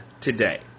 today